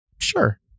sure